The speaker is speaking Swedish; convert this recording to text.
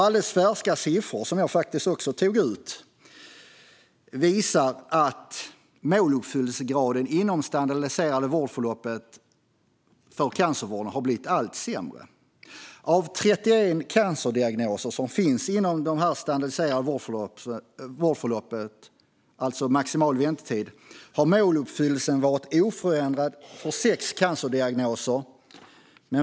Alldeles färska siffror, som jag också tog ut, visar nämligen att måluppfyllelsegraden inom det standardiserade vårdförloppet i cancervården har blivit allt sämre. Av 31 cancerdiagnoser inom det standardiserade vårdförloppet har måluppfyllelsen när det gäller maximal väntetid varit oförändrad för 6 cancerdiagnoser.